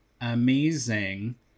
amazing